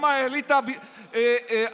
גם על האליטה התקשורתית,